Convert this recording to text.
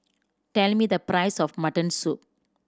tell me the price of mutton soup